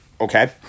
Okay